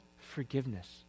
forgiveness